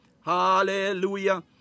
hallelujah